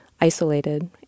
isolated